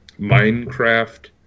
minecraft